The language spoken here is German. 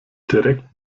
direkt